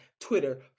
Twitter